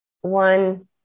one